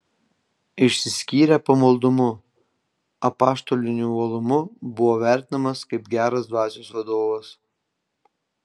išsiskyrė pamaldumu apaštaliniu uolumu buvo vertinamas kaip geras dvasios vadovas